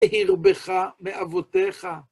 אהילו בך מאבותיך.